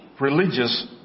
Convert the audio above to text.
religious